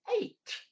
Eight